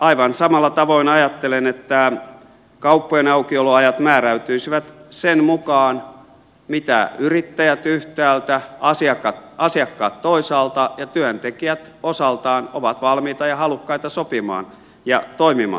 aivan samalla tavoin ajattelen että kauppojen aukioloajat määräytyisivät sen mukaan mitä yrittäjät yhtäältä asiakkaat toisaalta ja työntekijät osaltaan ovat valmiita ja halukkaita sopimaan ja toimimaan